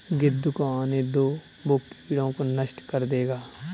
गिद्ध को आने दो, वो कीड़ों को नष्ट कर देगा